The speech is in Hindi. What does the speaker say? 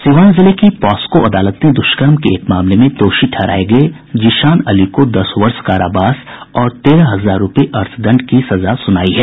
सीवान जिले की पॉस्को अदालत ने दुष्कर्म एक मामले में दोषी ठहराये गये जीशान अली को दस वर्ष कारावास और तेरह हजार रुपये अर्थदंड की सजा सुनाई है